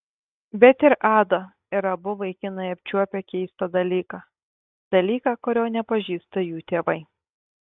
bet ir ada ir abu vaikinai apčiuopę keistą dalyką dalyką kurio nepažįsta jų tėvai